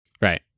Right